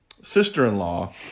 sister-in-law